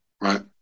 right